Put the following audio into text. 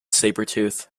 sabretooth